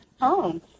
home